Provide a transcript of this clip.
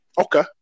Okay